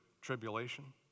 Tribulation